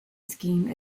scheme